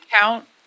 Count